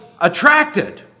attracted